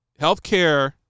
Healthcare